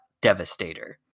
Devastator